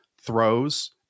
throws